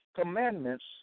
commandments